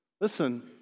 Listen